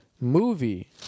movie